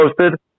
posted